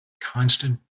constant